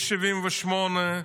מ-1978,